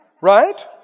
Right